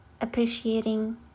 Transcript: appreciating